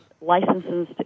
licenses